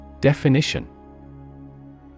Definition